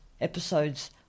episodes